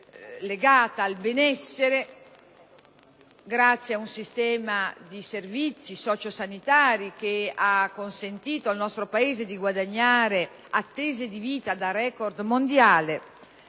legata al benessere, grazie a un sistema di servizi sociosanitari che ha consentito al nostro Paese di guadagnare attese di vita da record mondiale.